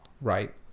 right